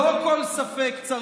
לא כל ספק, חבר הכנסת מעוז.